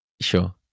Sure